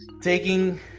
Taking